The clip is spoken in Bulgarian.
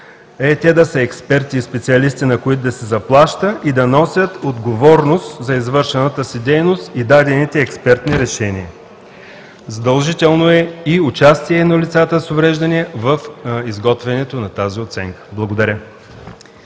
е те да са експерти и специалисти, на които да се заплаща и да носят отговорност за извършената си дейност и дадените експертни решения. Задължително е и участие на лицата с увреждания в изготвянето на тази оценка. Благодаря.